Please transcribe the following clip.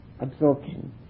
absorption